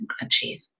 achieve